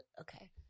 Okay